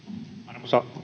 arvoisa